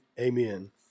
Amen